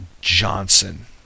Johnson